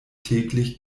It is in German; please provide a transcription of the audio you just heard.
täglich